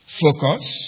focus